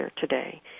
today